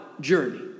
journey